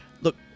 look